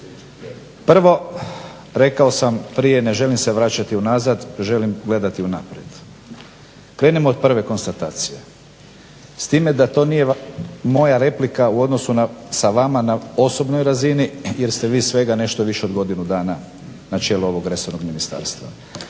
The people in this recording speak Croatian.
Prvo rekao sam prije ne želim se vraćati unazad, želim gledati unaprijed. Krenimo od prve konstatacije s time da to nije moja replika u odnosu sa vama na osobnoj razini jer ste vi svega nešto više od godinu dana na čelu ovog resornog ministarstva.